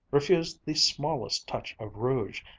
refused the smallest touch of rouge,